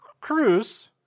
Cruz